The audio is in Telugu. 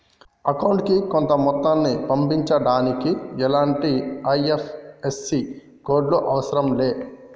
అకౌంటుకి కొంత మొత్తాన్ని పంపించడానికి ఎలాంటి ఐ.ఎఫ్.ఎస్.సి కోడ్ లు అవసరం లే